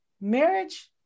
marriage